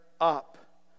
up